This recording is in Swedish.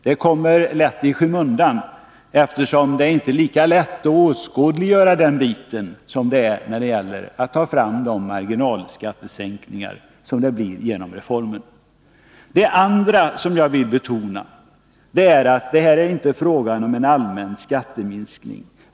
Den kommer lätt i skymundan, eftersom den inte är lika lätt att åskådliggöra som de marginalskattesänkningar som blir en följd av reformen. Det andra som jag vill betona är att det här inte är fråga om en allmän skatteminskning.